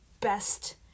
best